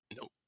Nope